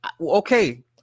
Okay